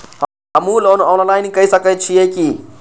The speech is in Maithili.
हमू लोन ऑनलाईन के सके छीये की?